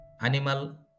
animal